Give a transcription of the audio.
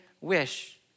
wish